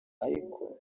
ariko